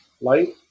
light